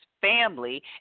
family